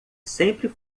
sempre